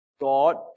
God